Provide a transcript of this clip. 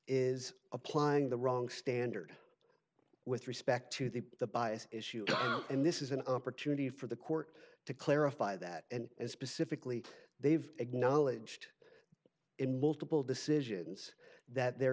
is applying the wrong standard with respect to the the bias issue and this is an opportunity for the court to clarify that and as specifically they've acknowledged in multiple decisions that there